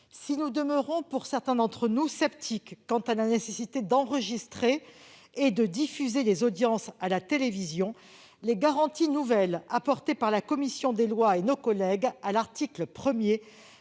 Si nous demeurons, pour certains d'entre nous, sceptiques quant à la nécessité d'enregistrer et de diffuser les audiences à la télévision, les garanties nouvelles apportées par la commission des lois et nos collègues à l'article 1